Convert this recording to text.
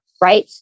right